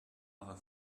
other